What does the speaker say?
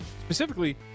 specifically